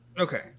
Okay